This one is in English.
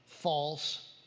false